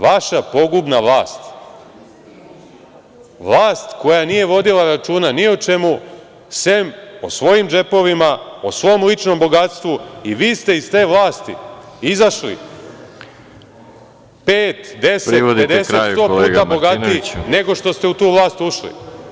Vaša pogubna vlast, vlast koja nije vodila računa ni o čemu osim o svojim džepovima, o svom ličnom bogatstvu i vi ste iz te vlasti izašli pet, deset, pedeset, sto puta bogatiji nego što ste u tu vlast ušli.